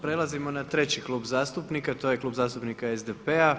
Prelazimo na treći klub zastupnika, to je Klub zastupnika SDP-a.